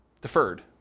deferred